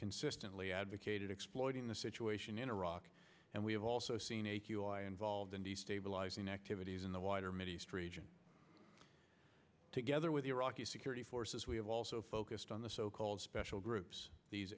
consistently advocated exploiting the situation in iraq and we have also seen a involved in destabilizing activities in the wider mideast region together with the iraqi security forces we have also focused on the so called special groups these